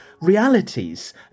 realities